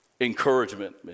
encouragement